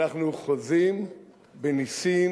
אנחנו חוזים בנסים